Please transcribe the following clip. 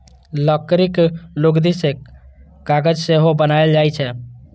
लकड़ीक लुगदी सं कागज सेहो बनाएल जाइ छै